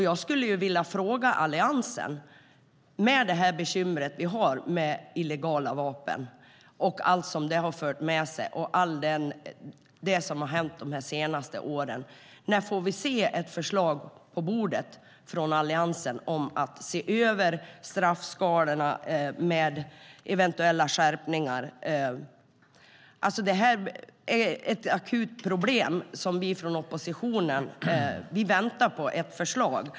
Jag skulle vilja fråga Alliansen om det bekymmer vi har med illegala vapen, allt som det har fört med sig och allt som har hänt de senaste åren: När får vi se ett förslag på bordet från Alliansen om att se över straffskalorna med eventuella skärpningar? Det här är ett akut problem, och vi i oppositionen väntar på ett förslag.